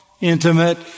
intimate